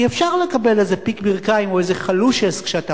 כי אפשר לקבל איזה פיק ברכיים או איזה "חלושעס" כשאתה